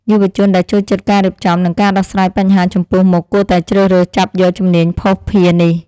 យុវជនដែលចូលចិត្តការរៀបចំ និងការដោះស្រាយបញ្ហាចំពោះមុខគួរតែជ្រើសរើសចាប់យកជំនាញភស្តុភារនេះ។